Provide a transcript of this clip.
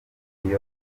yombi